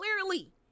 Clearly